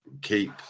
keep